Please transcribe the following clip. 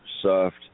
soft